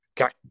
Okay